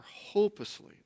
hopelessly